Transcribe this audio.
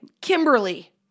Kimberly